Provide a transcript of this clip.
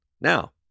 Now